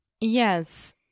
Yes